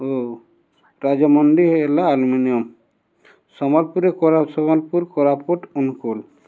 ଓ ରାଜମଣ୍ଡି ହେଇଗଲା ଆଲୁମିନିୟମ ସମ୍ବଲପୁରରେ କୋରା ସମ୍ବଲପୁର କୋରାପୁଟ ଅନୁଗୁଲ